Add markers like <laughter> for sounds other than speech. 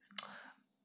<noise>